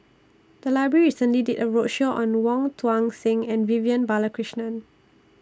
The Library recently did A roadshow on Wong Tuang Seng and Vivian Balakrishnan